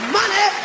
money